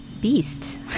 Beast